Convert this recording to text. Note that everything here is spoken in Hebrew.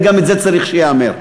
גם זה צריך שייאמר.